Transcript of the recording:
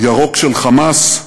ירוק של "חמאס",